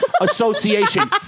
Association